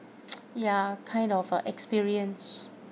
ya kind of uh experience